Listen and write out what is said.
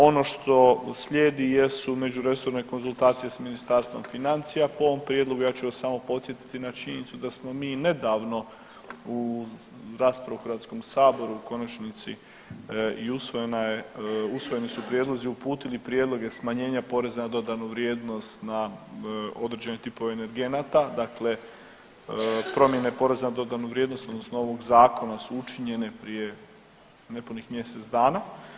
Ono što slijedi jedu međuresorne konzultacije s Ministarstvom financija, po ovom prijedlogu ja ću vas samo podsjetiti na činjenicu da smo mi nedavno u raspravi u HS-u u konačnici i usvojeni su prijedlozi uputili prijedloge smanjenja poreza na dodanu vrijednost na određene tipove energenata, dakle promjena poreza na dodanu vrijednost odnosno ovog zakona su učinjene prije nepunih mjesec dana.